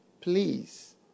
Please